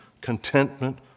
contentment